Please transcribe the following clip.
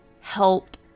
help